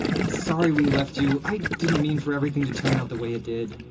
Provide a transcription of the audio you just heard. i'm sorry we left you. i didn't mean for everything to turn out the way it did